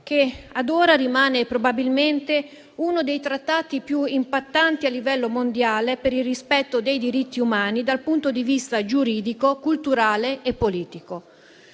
che ad ora rimane probabilmente uno dei trattati più impattanti a livello mondiale per il rispetto dei diritti umani dal punto di vista giuridico, culturale e politico.